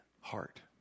heart